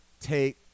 take